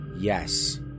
yes